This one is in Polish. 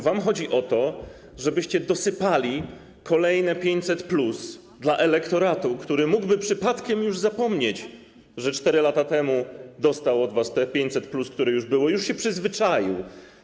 Wam chodzi o to, żeby dosypać, dać kolejne 500+ elektoratowi, który mógłby przypadkiem już zapomnieć, że 4 lata temu dostał od was te 500+, które już było, bo już się przyzwyczaił.